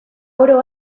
oro